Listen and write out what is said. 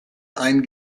ein